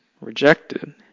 rejected